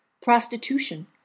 prostitution